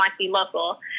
local